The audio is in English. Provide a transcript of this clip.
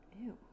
Ew